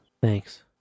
Thanks